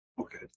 Okay